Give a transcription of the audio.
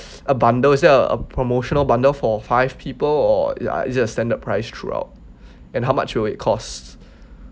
a bundle is there uh a promotional bundle for five people or is is it a standard price throughout and how much will it cost